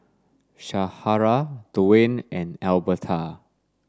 Shara Dwane and Albertha